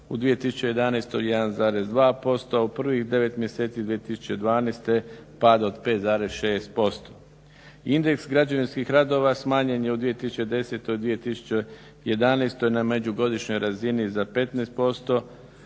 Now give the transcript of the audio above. u 2011. 1,2%, a u prvih 9 mjeseci 2012. pad od 5,6%. Indeks građevinskih radova smanjen je u 2010., 2011. na međugodišnjoj razini za 15%